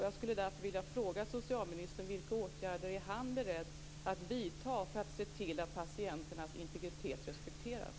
Jag skulle därför vilja fråga socialministern vilka åtgärder han är beredd att vidta för att se till att patienternas integritet respekteras.